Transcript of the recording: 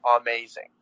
amazing